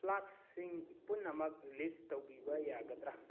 flax ꯁꯤꯡ ꯄꯨꯝꯅꯃꯛ ꯂꯤꯁ ꯇꯧꯕꯤꯕ ꯌꯥꯒꯗ꯭ꯔꯥ